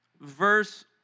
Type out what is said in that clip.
verse